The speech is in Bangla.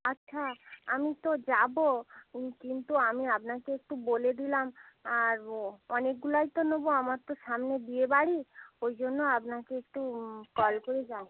আচ্ছা আমি তো যাব কিন্তু আমি আপনাকে একটু বলে দিলাম আর অনেকগুলোই তো নেব আমার তো সামনে বিয়েবাড়ি ওই জন্য আপনাকে একটু কল করে জান